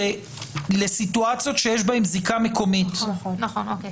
אנחנו נשארים עם סעיף קטן (4) כי סעיף קטן (4)